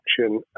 action